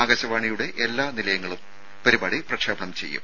ആകാശവാണിയിലെ എല്ലാ നിലയങ്ങളിലും പരിപാടി പ്രക്ഷേപണം ചെയ്യും